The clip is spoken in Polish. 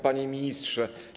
Panie Ministrze!